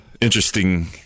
interesting